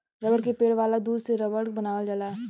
रबड़ के पेड़ वाला दूध से रबड़ बनावल जाला